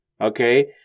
Okay